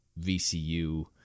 VCU